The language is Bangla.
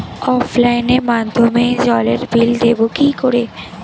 অফলাইনে মাধ্যমেই জলের বিল দেবো কি করে?